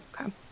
Okay